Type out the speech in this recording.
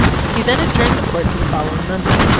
he then adjourned the court to the following monday.